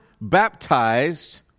baptized